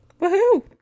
Woohoo